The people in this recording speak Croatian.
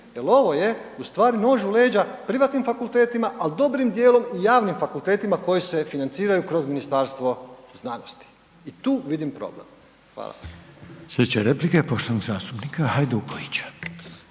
jel ovo je u stvari nož u leđa privatnim fakultetima, al dobrim dijelom i javnim fakultetima koji se financiraju kroz Ministarstvo znanosti i tu vidim problem. Hvala. **Reiner, Željko (HDZ)** Slijedeća replika je poštovanog zastupnika Hajdukovića.